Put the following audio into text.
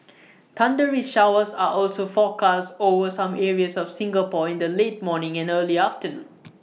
thundery showers are also forecast over some areas of Singapore in the late morning and early afternoon